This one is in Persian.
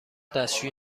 دستشویی